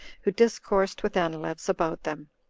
who discoursed with anileus about them.